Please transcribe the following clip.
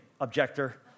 objector